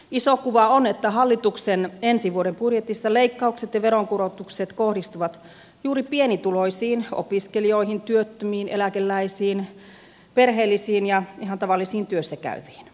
iso kuva on että hallituksen ensi vuoden budjetissa leikkaukset ja veronkorotukset kohdistuvat juuri pienituloisiin opiskelijoihin työttömiin eläkeläisiin perheellisiin ja ihan tavallisiin työssä käyviin